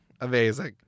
Amazing